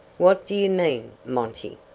what do you mean, monty?